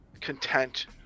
content